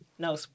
No